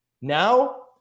Now